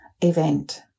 event